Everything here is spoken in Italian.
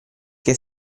che